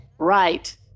Right